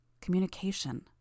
Communication